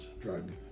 drug